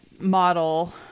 model